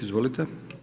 Izvolite.